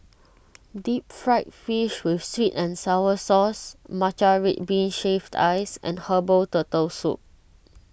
Deep Fried Fish with Sweet and Sour Sauce Matcha Red Bean Shaved Ice and Herbal Turtle Soup